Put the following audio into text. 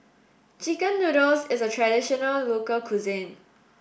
chicken noodles is a traditional local cuisine